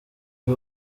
ari